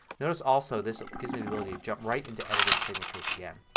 notice also this gives me the ability to jump right into editing signatures again.